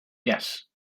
yes